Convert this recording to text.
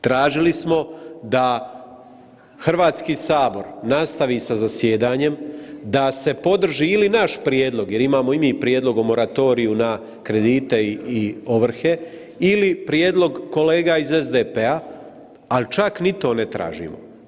Tražili smo da Hrvatski sabor nastavi sa zasjedanjem, da se podrži ili naš prijedlog jer imamo i mi prijedlog o moratoriju na kredite i ovrhe ili prijedlog kolega iz SDP-a, al čak ni to ne tražimo.